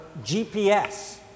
GPS